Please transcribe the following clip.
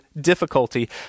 difficulty